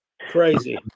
Crazy